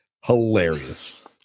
hilarious